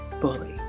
Bully